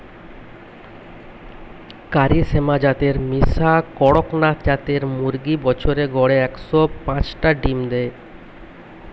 কারি শ্যামা জাতের মিশা কড়কনাথ জাতের মুরগি বছরে গড়ে একশ পাচটা ডিম দেয়